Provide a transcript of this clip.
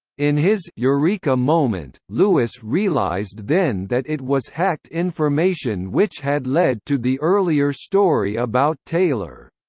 in his eureka moment, lewis realised then that it was hacked information which had led to the earlier story about taylor.